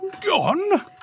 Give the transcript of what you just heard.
Gone